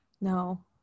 No